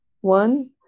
One